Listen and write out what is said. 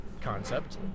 concept